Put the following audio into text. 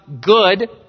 good